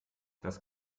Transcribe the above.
das